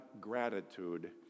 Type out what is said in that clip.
gratitude